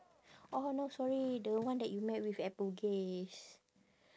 orh no sorry the one that you met with at bugis